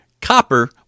Copper